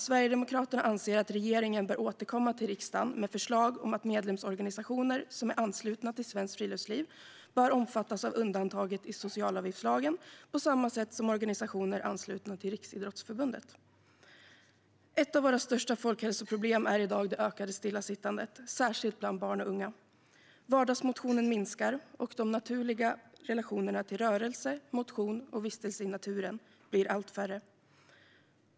Sverigedemokraterna anser att regeringen bör återkomma till riksdagen med förslag om att medlemsorganisationer som är anslutna till Svenskt Friluftsliv bör omfattas av undantaget i socialavgiftslagen på samma sätt som organisationer anslutna till Riksidrottsförbundet. Ett av våra största folkhälsoproblem är i dag det ökande stillasittandet, särskilt bland barn och unga. Vardagsmotionen minskar, och de naturliga relationerna till rörelse, motion och vistelse i naturen blir allt färre.